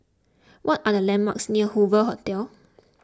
what are the landmarks near Hoover Hotel